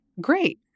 great